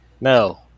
No